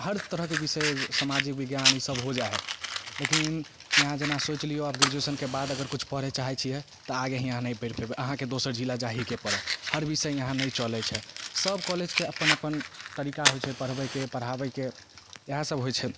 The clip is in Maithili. हर तरहके बिषय सामाजिक बिज्ञान सब हो जा हइ लेकिन हिऑं जेना सोचि लियौ अब ग्रेजुएशनके अगर बाद किछु करे चाहै छियै तऽ आगे हिऑं नहि पढ़ि पेबै अहाँकेँ दोसर जिला जाहीके पड़त हर बिषय हिऑं नहि चलै छै सब कॉलेजके अपन अपन तरीका होइ छै पढ़बैके पढ़ाबैके इएह सब होइ छै